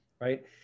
right